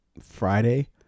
friday